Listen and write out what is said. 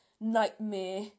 nightmare